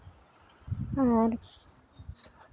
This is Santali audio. ᱟᱨ